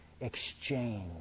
exchange